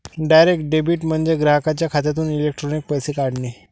direct debit म्हणजे ग्राहकाच्या खात्यातून इलेक्ट्रॉनिक पैसे काढणे